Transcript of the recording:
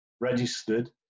registered